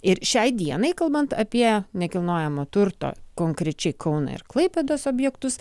ir šiai dienai kalbant apie nekilnojamo turto konkrečiai kauno ir klaipėdos objektus